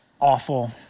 awful